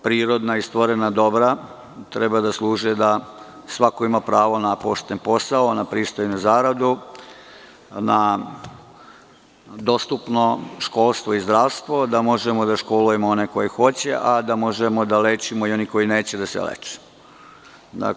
Prirodna i stvorena dobra treba da služe da svako ima pravo na pošten posao, na pristojnu zaradu, na dostupno školstvo i zdravstvo, da možemo da školujemo one koje hoće, a da možemo da lečimo i one koji neće da se leče.